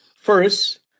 First